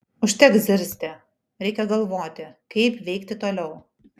užteks zirzti reikia galvoti kaip veikti toliau